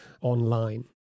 online